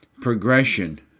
progression